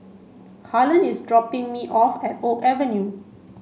Harlon is dropping me off at Oak Avenue